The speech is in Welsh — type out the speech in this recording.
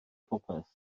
popeth